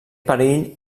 perill